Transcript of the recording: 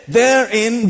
therein